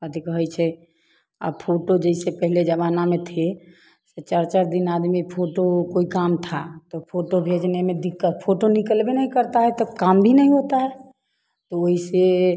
अधिक हो ऐसे अब फोटो जैसे पहले जमाना में थे ये चार चार दिन आदमी फोटो कोई काम था तो फोटो भेजने में दिक्कत फोटो निकलबे नहीं करता है तो काम भी नहीं होता है तो वैसे